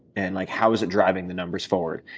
and like how is it driving the numbers forward?